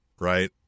right